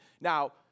Now